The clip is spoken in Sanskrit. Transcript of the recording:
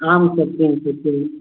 आं सत्यं सत्यं